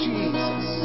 Jesus